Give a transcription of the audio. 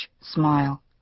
smile